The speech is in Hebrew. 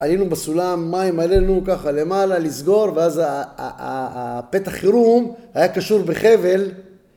עלינו בסולם, מים עלינו ככה למעלה לסגור ואז הפתח חירום היה קשור בחבל